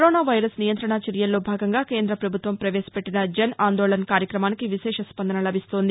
corona virus నియంతణ చర్యల్లో భాగంగా కేంద్రపభుత్వం పవేశపెట్టిన జన్ అందోళన్ కార్యక్రమానికి విశేష స్పందన లభిస్తోంది